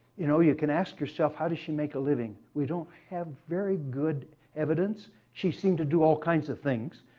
you know, you can ask yourself how did she make a living? we don't have very good evidence. she seemed to do all kinds of things.